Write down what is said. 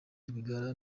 rwigara